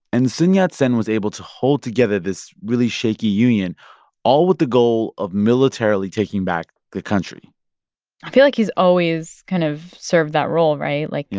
and sun yat-sen was able to hold together this really shaky union all with the goal of militarily taking back the country i feel like he's always kind of served that role right? like. yeah.